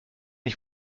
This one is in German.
ich